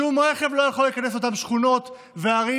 שום רכב לא יכול להיכנס לאותן שכונות וערים